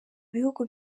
bihugu